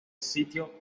sitio